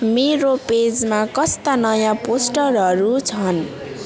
मेरो पेजमा कस्ता नयाँ पोस्टरहरू छन्